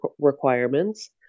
requirements